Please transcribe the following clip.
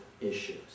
issues